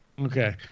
Okay